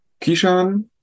Kishan